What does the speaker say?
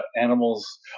animals